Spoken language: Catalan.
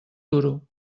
duro